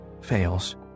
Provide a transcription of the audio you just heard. fails